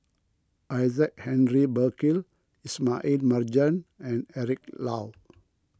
Isaac Henry Burkill Ismail Marjan and Eric Low